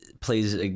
plays